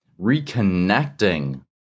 reconnecting